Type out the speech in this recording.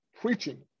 preaching